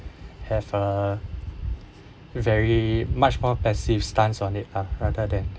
have a very much more passive stance on it ah rather than